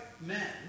men